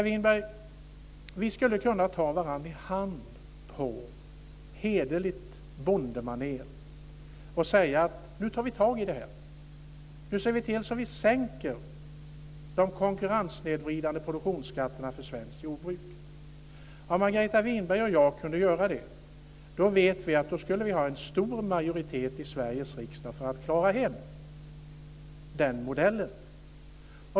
Vi skulle, Margareta Winberg, ta varandra i hand på hederligt bondemanér och säga: Nu tar vi itu med det här, nu ser vi till att vi sänker de konkurrenssnedvridande produktionsskatterna för svenskt jordbruk. Om Margareta Winberg och jag kunde göra det vet vi att vi skulle ha en stor majoritet i Sveriges riksdag för att klara hem den modellen.